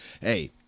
hey